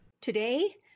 Today